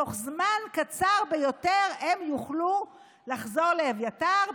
בתוך זמן קצר ביותר הם יוכלו לחזור לאביתר,